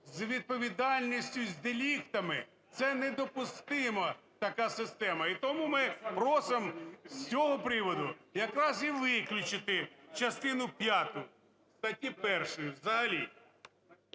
з відповідальністю, з деліктами, це недопустимо, така система. І тому ми просимо з цього приводу якраз і виключити частину п'яту статті 1 взагалі.